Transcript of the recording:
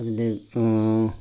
അതിന്റെ